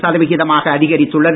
சதவிகிதமாக அதிகரித்துள்ளது